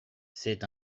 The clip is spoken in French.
c’est